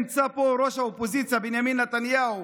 נמצא פה ראש האופוזיציה בנימין נתניהו,